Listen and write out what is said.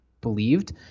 believed